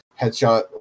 headshot